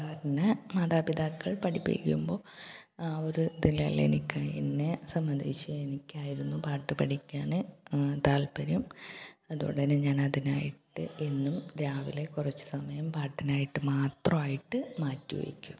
പിന്നെ മാതാപിതാക്കൾ പഠിപ്പിക്കുമ്പോൾ ആ ഒരു ഇതിൽ അല്ലെ നിൽക്കുക എന്നെ സംബന്ധിച്ച് എനിക്ക് ആയിരുന്നു പാട്ട് പഠിക്കാൻ താൽപ്പര്യം അതുകൊണ്ട് തന്നെ ഞാൻ അതിനായിട്ട് എന്നും രാവിലെ കുറച്ച് സമയം പാട്ടിനായിട്ട് മാത്രമായിട്ട് മാറ്റി വയ്ക്കും